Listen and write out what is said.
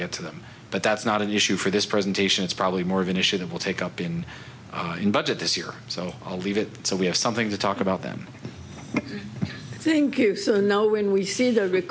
get to them but that's not an issue for this presentation it's probably more of an issue that will take up in in budget this year so i'll leave it so we have something to talk about them i think you know when we see th